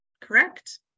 correct